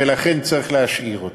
ולכן צריך להשאיר אותו.